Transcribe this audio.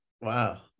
Wow